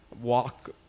walk